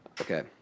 Okay